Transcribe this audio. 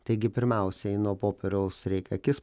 taigi pirmiausiai nuo popieriaus reik akis